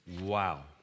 Wow